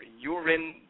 urine